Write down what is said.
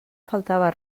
faltava